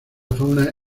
fauna